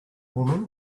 woman